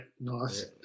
nice